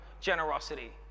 generosity